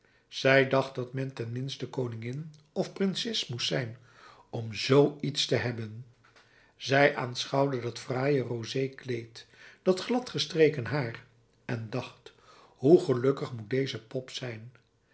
zij dacht dat men ten minste koningin of prinses moest zijn om zoo iets te hebben zij aanschouwde dat fraaie rosé kleed dat glad gestreken haar en dacht hoe gelukkig moet deze pop zijn